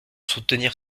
soutenir